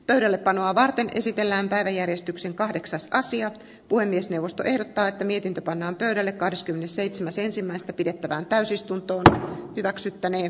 pöydällepanoa varten esitellään päiväjärjestyksen kahdeksas sija puhemiesneuvosto ehdottaa että mihin pannaan pöydälle kahdeskymmenesseitsemäs ensimmäistä pidettävään täysistunto hyväksyttäneen